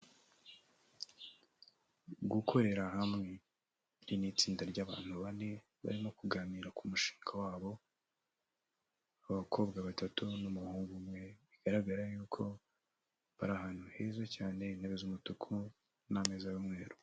Gukorera hamwe, iri ni itsinda ry'abantu bane barimo kuganira ku mushinga wabo, abakobwa batatu n'umuhungu umwe, bigaragara yuko, bari ahantu heza cyane, intebe z'umutuku n'ameza y'umweru.